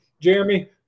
Jeremy